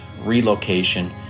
relocation